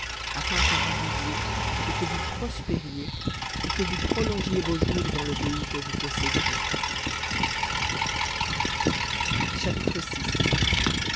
afin que vous soyez forts et que vous entriez et que vous possédiez le pays dans lequel vous passez